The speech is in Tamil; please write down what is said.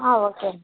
ah okay ma'am